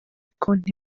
konti